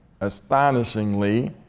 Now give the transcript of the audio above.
astonishingly